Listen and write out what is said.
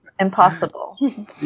Impossible